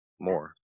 more